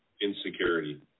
insecurity